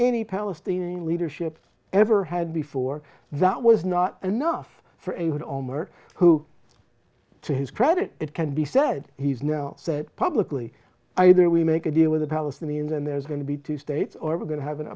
any palestinian leadership ever had before that was not enough for a good almer who to his credit it can be said he's now said publicly either we make a deal with the palestinians and there's going to be two states or we're going to have an